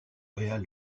real